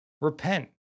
repent